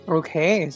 okay